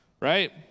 right